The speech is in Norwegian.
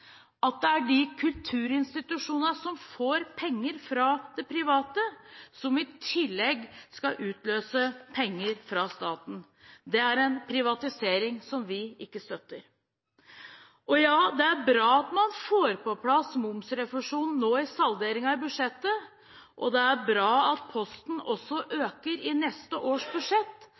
at det er de kulturinstitusjonene som får penger fra det private, som i tillegg skal utløse penger fra staten. Det er en privatisering som vi ikke støtter. Og ja, det er bra at man får på plass momsrefusjonen i salderingen av budsjettet, og det er bra at posten også øker i neste års budsjett.